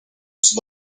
was